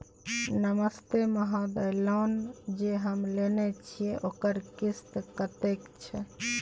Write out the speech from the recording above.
नमस्ते महोदय, लोन जे हम लेने छिये ओकर किस्त कत्ते छै?